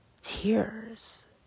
tears